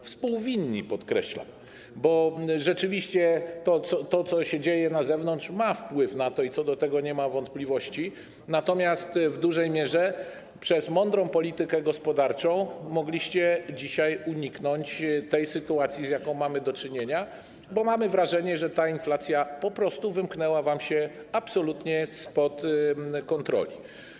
Współwinni, podkreślam, bo rzeczywiście to, co się dzieje na zewnątrz, ma wpływ na to i co do tego nie ma wątpliwości, natomiast w dużej mierze przez mądrą politykę gospodarczą mogliście dzisiaj uniknąć tej sytuacji, z jaką mamy do czynienia, bo mamy wrażenie, że ta inflacja po prostu wymknęła wam się absolutnie spod kontroli.